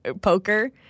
poker